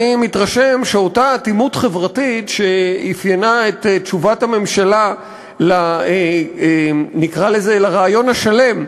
אני מתרשם שאותה אטימות חברתית שאפיינה את תשובת הממשלה על הרעיון השלם,